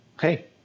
Hey